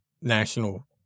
national